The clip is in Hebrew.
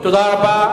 תודה רבה.